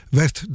werd